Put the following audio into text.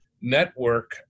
network